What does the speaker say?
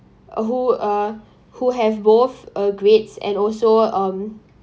who uh who have both uh grades and also um